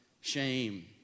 shame